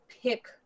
pick